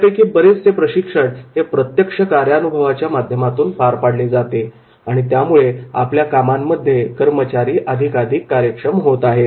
यापैकी बरेचसे प्रशिक्षण हे प्रत्यक्ष कार्यानुभवाच्या माध्यमातून पार पाडले जाते आणि त्यामुळे आपल्या कामांमध्ये कर्मचारी अधिकाधिक कार्यक्षम होत आहेत